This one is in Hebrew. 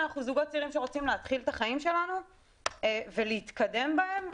אנחנו זוגות צעירים שרוצים להתחיל את החיים שלנו ולהתקדם בהם.